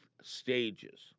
stages